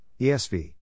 ESV